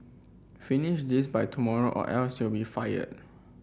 finish this by tomorrow or else you'll be fired